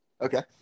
Okay